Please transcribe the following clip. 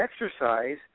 exercise